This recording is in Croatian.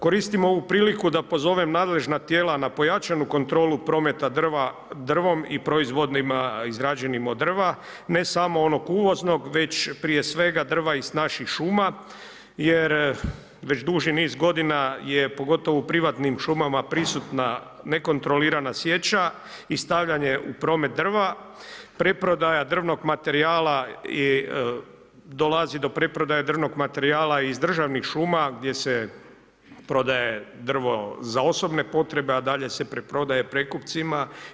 Koristim ovu priliku da pozovem nadležna tijela na pojačanu kontrolu prometa drvom i proizvodima izrađenim od drva ne samo onog uvoznog već prije svega drva iz naših šuma, jer već duži niz godina je pogotovo u privatnim šumama prisutna nekontrolirana sjeća i stavljanje u promet drva, preprodaja drvnog materijala i dolazi do preprodaje drvnog materijala iz državnih šuma gdje se prodaje drvo za osobne potrebe, a dalje se preprodaje prekupcima.